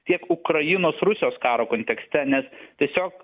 tiek ukrainos rusijos karo kontekste nes tiesiog